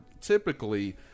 typically